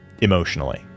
emotionally